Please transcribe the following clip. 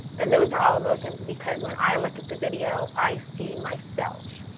and those are all emotions because when i look at the video, i see myself.